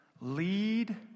Lead